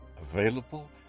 available